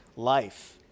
life